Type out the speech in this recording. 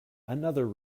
another